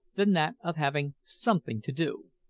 than that of having something to do.